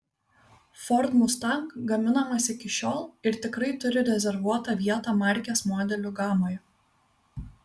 ford mustang gaminamas iki šiol ir tikrai turi rezervuotą vietą markės modelių gamoje